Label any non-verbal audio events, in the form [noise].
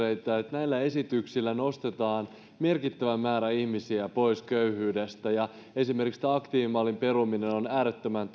näillä esityksillä nostetaan merkittävä määrä ihmisiä pois köyhyydestä esimerkiksi tämä aktiivimallin peruminen on äärettömän [unintelligible]